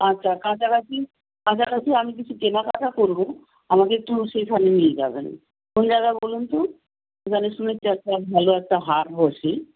আচ্ছা কাছাকাছি বাজার আছে আমি কিছু কেনাকাটা করব আমাকে একটু সেখানে নিয়ে যাবেন কোন জায়গা বলুন তো এখানে শুনেছি একটা ভালো একটা হাট বসে